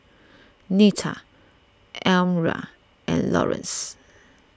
Nita Almyra and Laurence